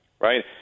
right